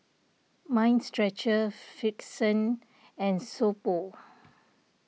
Mind Stretcher Frixion and So Pho